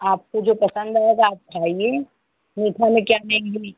आपको जो पसंद आएगा आप खाइए मीठा में क्या लेंगी